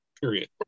period